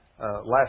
last